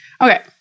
Okay